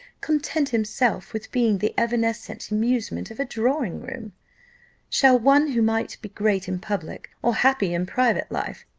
content himself with being the evanescent amusement of a drawing-room shall one, who might be great in public, or happy in private life,